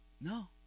No